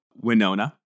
Winona